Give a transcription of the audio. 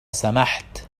سمحت